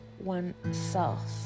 oneself